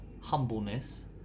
humbleness